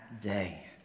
Day